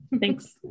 Thanks